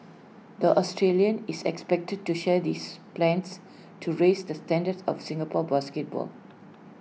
the Australian is expected to share this plans to raise the standards of Singapore basketball